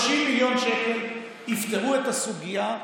30 מיליון שקל יפתרו את הסוגיה,